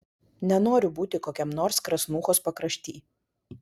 nenoriu būti kokiam nors krasnuchos pakrašty